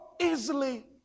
easily